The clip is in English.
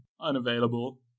unavailable